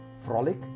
frolic